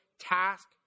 task